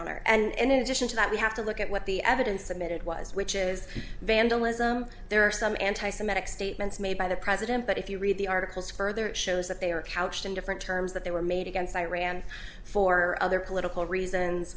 honor and in addition to that we have to look at what the evidence admitted was which is vandalism there are some anti semitic statements made by the president but if you read the articles further it shows that they are couched in different terms that they were made against iran for other political reasons